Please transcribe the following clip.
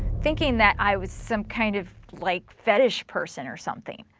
thinking that i was some kind of like fetish person or something.